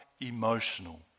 Emotional